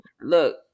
Look